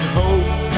hope